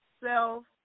Self